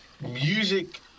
music